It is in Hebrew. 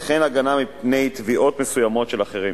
וכן הגנה מפני תביעות מסוימות של אחרים.